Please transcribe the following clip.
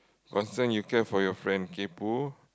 concern you care for your friend kaypoh